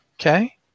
Okay